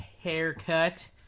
haircut